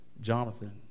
jonathan